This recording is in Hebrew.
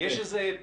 האם יש פק"ל,